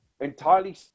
entirely